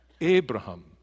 Abraham